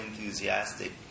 enthusiastic